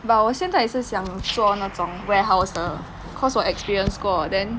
but 我现在也是想做那种 warehouse 的 cause 我 experience 过 then